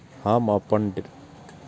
हम अपन credit card के विवरण केना देखब?